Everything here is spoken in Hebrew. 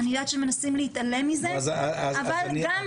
אני יודעת שמנסים להתעלם מזה,